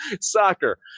soccer